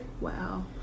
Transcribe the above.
Wow